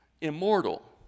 immortal